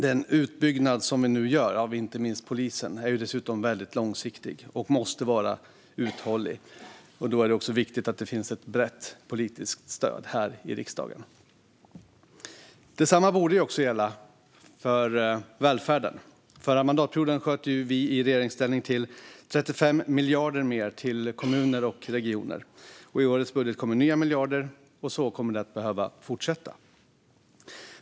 Den utbyggnad vi nu gör av inte minst polisen är dessutom långsiktig och måste vara uthållig. Då är det viktigt att det finns ett brett politiskt stöd här i riksdagen. Detsamma borde gälla välfärden. Under den förra mandatperioden sköt vi i regeringsställning till 35 miljarder mer till kommuner och regioner. I årets budget kommer nya miljarder, och så kommer det att behöva fortsätta.